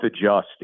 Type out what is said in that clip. adjust